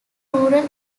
rural